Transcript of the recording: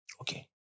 Okay